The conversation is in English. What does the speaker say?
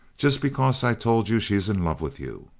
just because i told you she's in love with you?